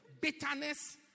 Bitterness